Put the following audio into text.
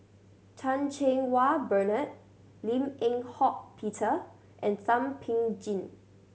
Chan Cheng Wah Bernard Lim Eng Hock Peter and Thum Ping Tjin